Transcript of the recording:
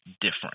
different